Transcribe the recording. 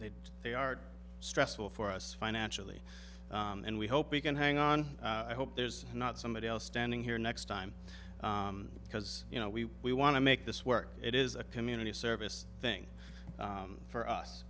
they they are stressful for us financially and we hope we can hang on i hope there's not somebody else standing here next time because you know we we want to make this work it is a community service thing for